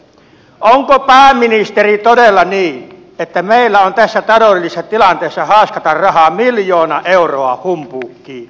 onko pääministeri todella niin että meillä on tässä taloudellisessa tilanteessa haaskata rahaa miljoona euroa humpuukiin